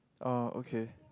oh okay